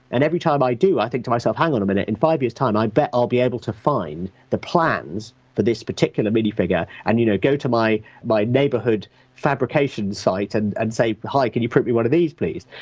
and every time i do, i think to myself, hang on a minute in five years time i bet i'll be able to find the plans for this particular minifigure and you know, go to my my neighbourhood fabrication site and and say, hi, can you print me one of these please?